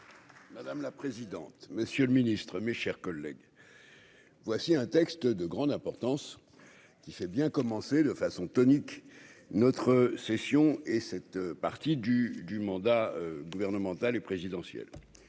Madame la présidente, monsieur le Ministre, mes chers collègues, voici un texte de grande importance qui fait bien commencé de façon tonique notre session et cette partie du du mandat gouvernemental et présidentiel,